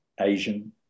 Asian